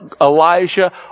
Elijah